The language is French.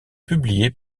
publiés